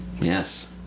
Yes